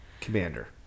Commander